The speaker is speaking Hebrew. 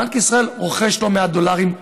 בנק ישראל רוכש לא מעט דולרים,